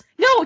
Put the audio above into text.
no